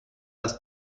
das